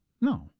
No